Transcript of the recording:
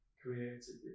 created